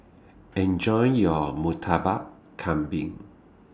Enjoy your Murtabak Kambing